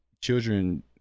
children